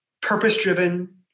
purpose-driven